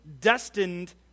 destined